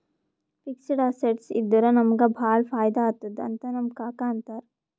fixed assets ಇದ್ದುರ ನಮುಗ ಭಾಳ ಫೈದಾ ಆತ್ತುದ್ ಅಂತ್ ನಮ್ ಕಾಕಾ ಅಂತಾರ್